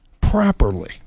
properly